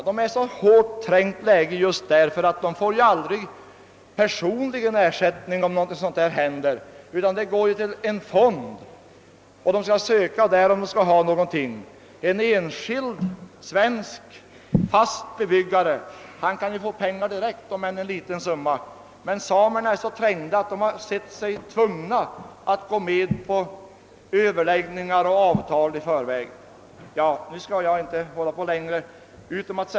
De är hårt trängda därför att de aldrig får personlig ersättning om något händer. Ersättningen går till en fond, som de vid behov får söka bidrag ur. En enskild svensk fast bebyggare kan få pengar direkt, om än en liten summa, men samerna är så klämda att de har sett sig tvungna att gå med på överläggningar och avtal i förväg.